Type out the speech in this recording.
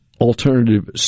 alternative